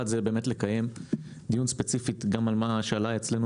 אחד זה באמת לקיים דיון ספציפית גם על מה שעלה אצלנו